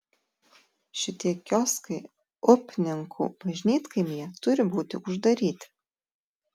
šitie kioskai upninkų bažnytkaimyje turi būti uždaryti